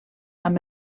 amb